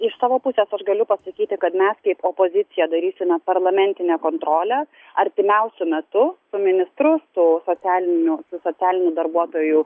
iš savo pusės aš galiu pasakyti kad mes kaip opozicija darysime parlamentinę kontrolę artimiausiu metu su ministru su socialinių su socialinių darbuotojų